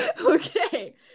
Okay